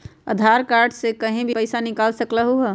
आधार card से कहीं भी कभी पईसा निकाल सकलहु ह?